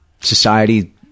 society